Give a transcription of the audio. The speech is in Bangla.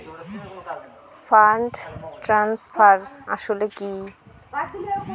ফান্ড ট্রান্সফার আসলে কী?